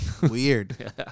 Weird